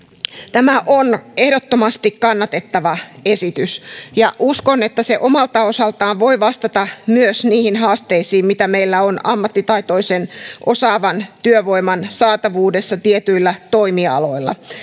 tämä on ehdottomasti kannatettava esitys ja uskon että se omalta osaltaan voi vastata myös niihin haasteisiin mitä meillä on ammattitaitoisen osaavan työvoiman saatavuudessa tietyillä toimialoilla